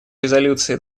резолюции